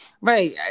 right